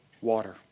water